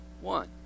One